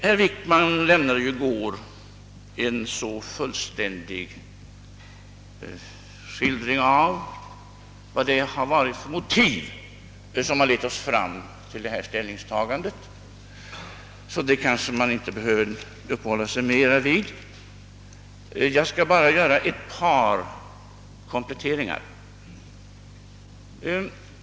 Herr Wickman lämnade i går en så fullständig skildring av de motiv som lett oss fram till vårt ställningstagande i fråga om investeringsbanken att det inte torde vara nödvändigt att uppehålla sig mera vid den saken. Jag skall bara göra ett par kompletteringar.